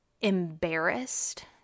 embarrassed